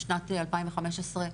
משנת 2015,